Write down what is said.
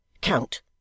Count